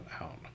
out